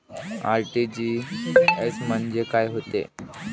RTGS म्हंजे काय होते?